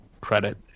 credit